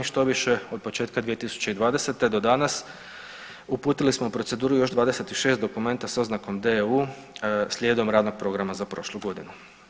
Štoviše od početka 2020. do danas uputili smo u proceduru još 26 dokumenta s oznakom DEU slijedom Radnog programa za prošlu godinu.